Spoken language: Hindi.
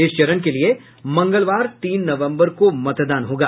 इस चरण के लिये मंगलवार तीन नवम्बर को मतदान होगा